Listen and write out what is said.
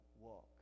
walk